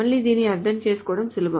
మళ్ళీ దీనిని అర్థం చేసుకోవడం సులభం